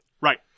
Right